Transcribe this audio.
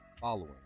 Following